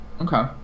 okay